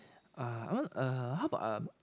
uh I want uh how about uh